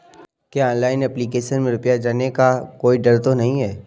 क्या online application में रुपया जाने का कोई डर तो नही है?